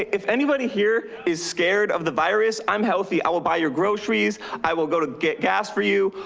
if anybody here is scared of the virus, i'm healthy. i will buy your groceries. i will go to get gas for you.